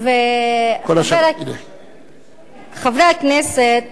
חברי הכנסת,